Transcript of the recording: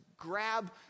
grab